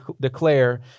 declare